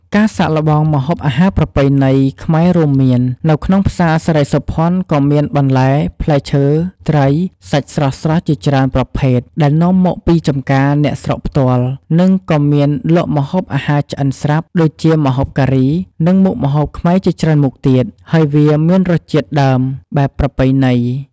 ការសាកល្បងម្ហូបអាហារប្រពៃណីខ្មែររួមមាន នៅក្នុងផ្សារសិរីសោភ័ណក៏មាន បន្លែ ផ្លែឈើត្រី សាច់ស្រស់ៗជាច្រើនប្រភេទដែលនាំមកពីចម្ការអ្នកស្រុកផ្ទាល់ និងកមានលក់ម្ហូបអាហារឆ្អិនស្រាប់ ដូចជាម្ហូបការី និងមុខម្ហូបខ្មែរជាច្រើនមុខទៀត ហើយវាមានរសជាតិដើមបែបប្រពៃណី។